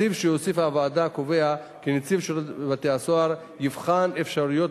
הסעיף שהוסיפה הוועדה קובע כי נציב בתי-הסוהר יבחן אפשרויות